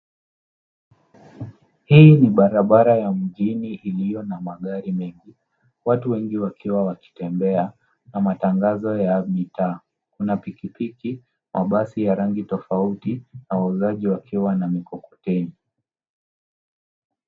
Hii ni barabara ya mjini iliyo na magari mengi, watu wengi wakiwa wakitembea na matangazo ya mitaa. Kuna pikipiki, mabasi ya rangi tofauti na wauzaji wakiwa na mikokoteni.